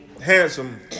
handsome